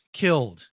killed